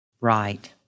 right